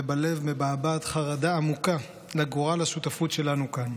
ובלב מבעבעת חרדה עמוקה לגורל השותפות שלנו כאן.